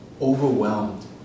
overwhelmed